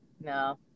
No